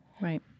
right